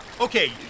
Okay